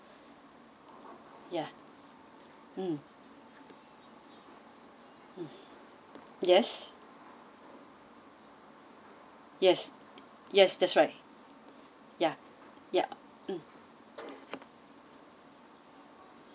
ya mm yes yes yes that's right ya ya mm